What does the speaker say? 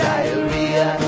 Diarrhea